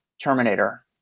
Terminator